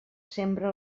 sembra